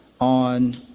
on